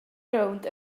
rownd